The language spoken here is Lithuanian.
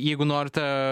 jeigu norite